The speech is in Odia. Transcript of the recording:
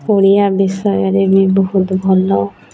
ଓଡ଼ିଆ ବିଷୟରେ ବି ବହୁତ ଭଲ